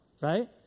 right